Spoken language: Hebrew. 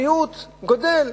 המיעוט גדל,